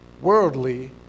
worldly